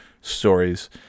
Stories